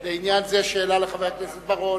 ישראל, לעניין זה שאלה לחבר הכנסת בר-און.